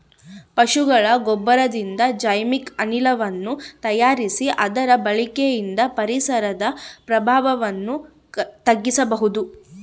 ಪಶುಗಳ ಗೊಬ್ಬರದಿಂದ ಜೈವಿಕ ಅನಿಲವನ್ನು ತಯಾರಿಸಿ ಅದರ ಬಳಕೆಯಿಂದ ಪರಿಸರದ ಪ್ರಭಾವವನ್ನು ತಗ್ಗಿಸಬಹುದು